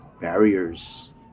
barriers